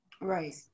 Right